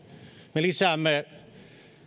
me lisäämme